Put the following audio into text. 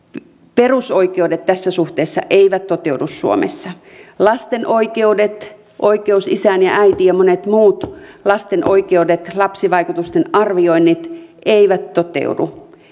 perusoikeudet tässä suhteessa eivät toteudu suomessa lasten oikeudet oikeus isään ja äitiin ja monet muut lasten oikeudet lapsivaikutusten arvioinnit eivät toteudu